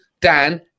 Dan